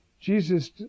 Jesus